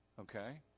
Okay